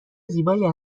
زیبایی